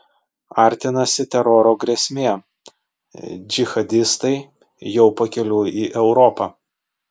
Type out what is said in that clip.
artinasi teroro grėsmė džihadistai jau pakeliui į europą